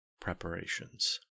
preparations